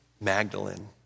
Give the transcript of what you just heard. Magdalene